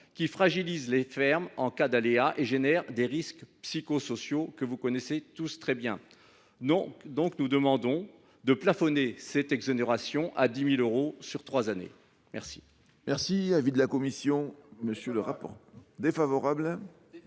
qui fragilise les fermes en cas d’aléa et entraîne des risques psychosociaux que vous connaissez tous très bien. Par conséquent, nous demandons le plafonnement de cette exonération à 10 000 euros sur trois ans. Quel